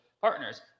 partners